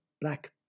black